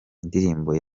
indirimbo